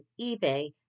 eBay